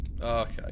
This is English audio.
Okay